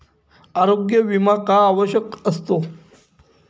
आरोग्य विमा का आवश्यक असतो?